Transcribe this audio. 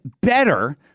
better